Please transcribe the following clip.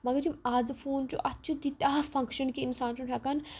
مگر یِم آزٕ فون چھُ اتھ چھِ تیٖتیٛاہ فنکشن کہِ اِنسان چھُ نہٕ ہیکان